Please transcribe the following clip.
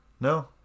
No